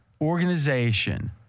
organization